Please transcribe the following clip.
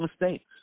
mistakes